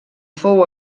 fou